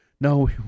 No